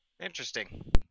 interesting